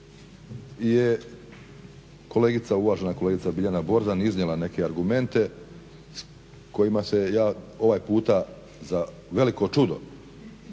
uvažena kolegica Biljana Borzan iznijela neke argumente s kojima se ja ovaj puta, za veliko čudo